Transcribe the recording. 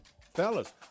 fellas